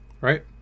Right